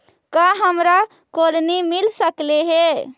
का हमरा कोलनी मिल सकले हे?